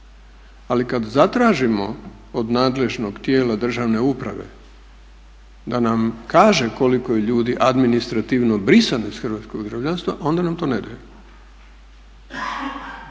Ali kad zatražimo od nadležnog tijela državne uprave da nam kaže koliko je ljudi administrativno brisano iz hrvatskog državljanstva, onda nam to ne daje.